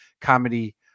comedy